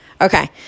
Okay